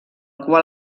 qual